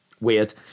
Weird